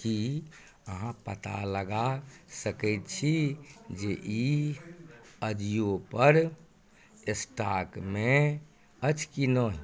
की अहाँ पता लगा सकैत छी जे ई अजियो पर स्टॉकमे अछि कि नहि